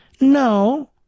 No